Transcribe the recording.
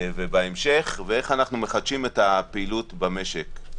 ובהמשך, ואיך מחדשים פעילות במשק.